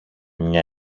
μια